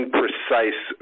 precise